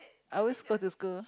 I always go to school